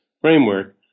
framework